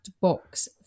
box